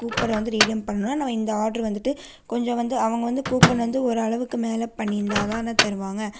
கூப்பனை வந்து ரீடைம் பண்ணுனா நம்ம இந்த ஆட்ரு வந்துட்டு கொஞ்சம் வந்து அவங்க வந்து கூப்பன் வந்து ஓரளவுக்கு மேல பண்ணிருந்தால் தான தருவாங்க